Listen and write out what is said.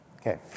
Okay